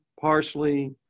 parsley